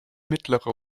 mittlere